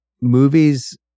movies